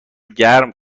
گرم